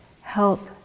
help